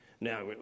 Now